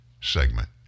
segment